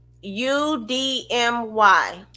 U-D-M-Y